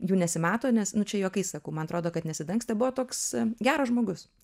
jų nesimato nes nu čia juokais sakau man atrodo kad nesidangstė buvo toks geras žmogus